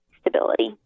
stability